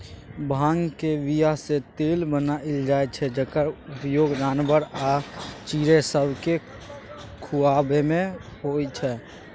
भांगक बीयासँ तेल बनाएल जाइ छै जकर उपयोग जानबर आ चिड़ैं सबकेँ खुआबैमे होइ छै